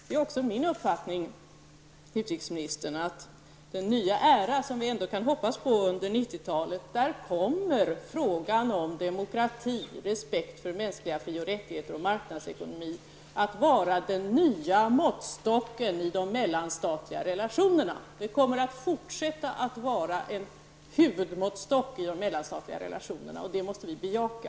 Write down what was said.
Det är också min uppfattning, herr utrikesminister, att under den nya era, som vi ändå kan hoppas på under 90-talet, kommer frågan om demokrati, respekt för mänskliga fri och rättigheter och marknadsekonomi att fortsätta att vara en huvudmåttstock i de mellanstatliga relationerna, och det måste vi bejaka.